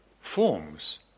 forms